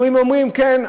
אנחנו באים ואומרים: הנה,